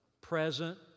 present